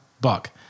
buck